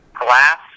glass